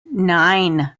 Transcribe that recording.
nine